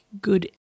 good